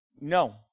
No